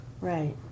Right